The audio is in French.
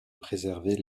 préserver